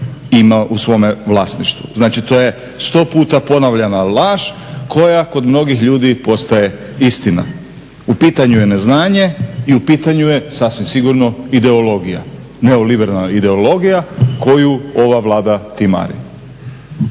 ima u svome vlasništvu. Znači to je 100 puta ponavljana laž koja kod mnogih ljudi postaje istina. U pitanju je neznanje i u pitanju je sasvim sigurno ideologija, neoliberalna ideologija koju ova Vlada timari.